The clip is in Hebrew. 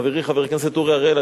חברי חבר הכנסת אורי אריאל,